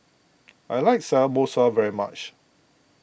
I like Samosa very much